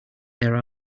there